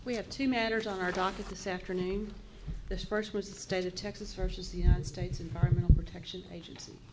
we have two matters on our docket this afternoon the first was the state of texas versus the united states environmental protection agency